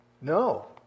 No